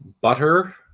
butter